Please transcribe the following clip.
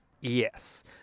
Yes